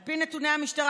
על פי נתוני המשטרה,